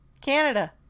Canada